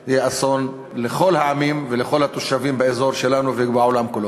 זה יהיה אסון לכל העמים ולכל התושבים באזור שלנו ובעולם כולו.